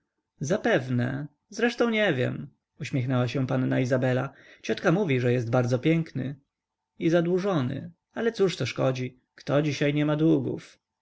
zapewne zresztą nie wiem uśmiechnęła się panna izabela ciotka mówi że jest bardzo piękny i zadłużony ale cóżto szkodzi kto dzisiaj niema długów